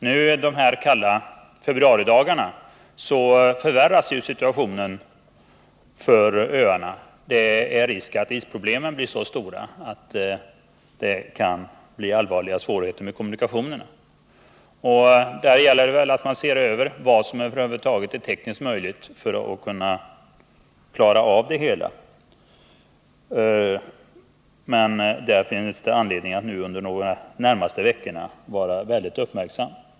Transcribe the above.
I dessa kalla februaridagar förvärras ju situationen för befolkningen på öarna. Det är risk att isproblemen blir så stora att det uppstår allvarliga svårigheter för kommunikationerna, och där gäller det att se efter vad man tekniskt kan göra för att klara av det hela. Man har anledning att under de närmaste veckorna vara väldigt uppmärksam.